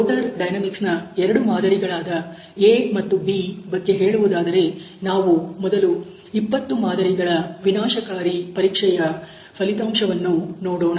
rotor ಡೈನಮಿಕ್ಸ್ನ ಎರಡು ಮಾದರಿಗಳಾದ A ಮತ್ತು B ಬಗ್ಗೆ ಹೇಳುವುದಾದರೆ ನಾವು ಮೊದಲು 20 ಮಾದರಿಗಳ ವಿನಾಶಕಾರಿ ಪರೀಕ್ಷೆಯ ಫಲಿತಾಂಶವನ್ನು ನೋಡೋಣ